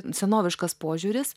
senoviškas požiūris